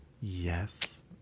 Yes